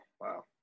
wow